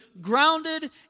grounded